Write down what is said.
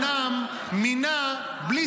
בואו אני אסביר לכם.